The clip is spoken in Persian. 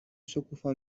شکوفا